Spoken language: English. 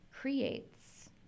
creates